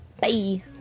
bye